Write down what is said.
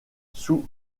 sous